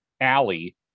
alley